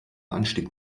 anstieg